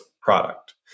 product